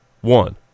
One